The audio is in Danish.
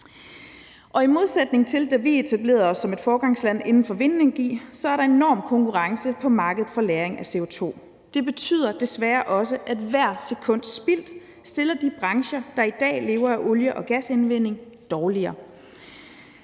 Og i modsætning til situationen, da vi etablerede os som et foregangsland inden for vindenergi, er der en enorm konkurrence på markedet for lagring af CO2. Det betyder desværre også, at hvert sekund spildt stiller de brancher, der i dag lever af olie- og gasindvinding, dårligere.